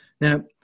now